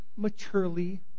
maturely